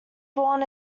born